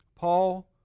Paul